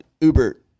Uber